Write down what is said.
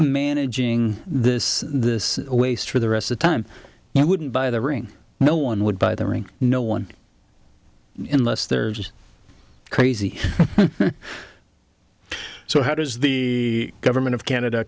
managing this this waste for the rest of time i wouldn't buy the ring no one would buy the ring no one in less there's crazy so how does the government of canada